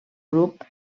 grup